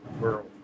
world